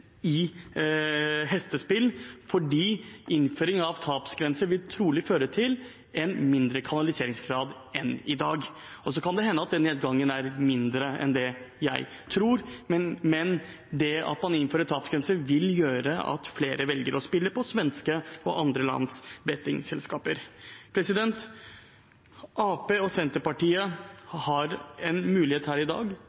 i hestespill, fordi innføring av tapsgrenser trolig vil føre til en mindre kanaliseringsgrad enn i dag. Så kan det hende at den nedgangen er mindre enn det jeg tror, men det at man innfører tapsgrenser, vil gjøre at flere velger å spille på svenske og andre lands bettingselskaper. Arbeiderpartiet og